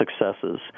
successes